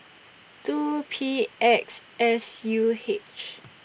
two P X S U H